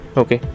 okay